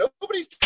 Nobody's